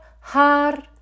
har